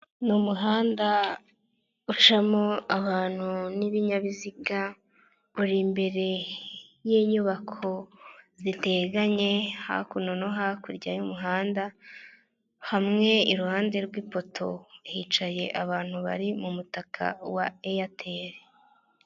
Ni umuhanda ucamo abantu n'ibinyabiziga, uri imbere y'inyubako ziteganye, hakuno no hakurya y'umuhanda, hamwe iruhande rw'ipoto hicaye abantu bari mu mutaka wa Airtel.